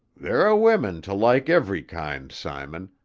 there are women to like every kind, simon,